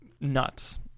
nuts